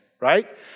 right